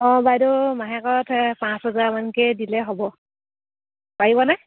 অঁ বাইদেউ মাহেকত পাঁচ হেজাৰ মানকৈ দিলে হ'ব পাৰিব নে